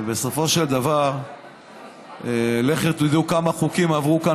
ובסופו של דבר לכו תדעו כמה חוקים עברו כאן